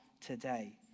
today